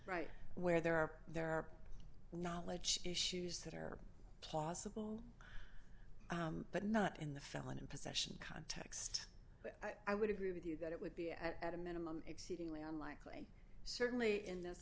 right where there are there are knowledge issues that are plausible but not in the felon in possession context but i would agree with you that it would be at a minimum exceedingly unlikely certainly in this